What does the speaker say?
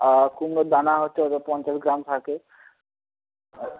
আর কুমড়োর দানা হচ্ছে ও পঞ্চাশ গ্রাম থাকে